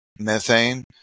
methane